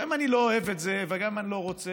גם אם אני לא אוהב את זה וגם אם אני לא רוצה,